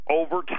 over